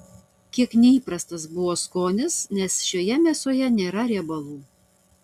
kiek neįprastas buvo skonis nes šioje mėsoje nėra riebalų